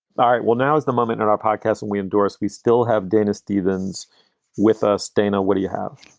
all right. well, now is the moment in our podcast and we endorse. we still have dana stevens with us. dana, what do you have?